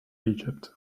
egypt